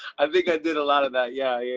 i think i did a lot of that, yeah. yeah,